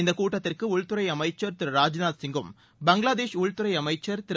இந்த கூட்டத்திற்கு உள்துறை அமைச்சர் திருராஜ்நாத் சிங்கும் பங்களாதேஷ் உள்துறை அமைச்சர் திரு